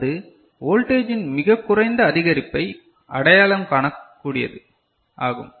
அது வோல்டேஜ் இன் மிகக்குறைந்த அதிகரிப்பை அடையாளம் காணக் கூடியது ஆகும்